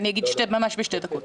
אני אגיד ממש בשתי דקות.